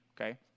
okay